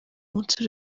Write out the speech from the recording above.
munsi